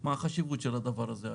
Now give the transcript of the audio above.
מה החשיבות של הדבר הזה היום?